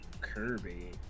Kirby